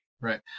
right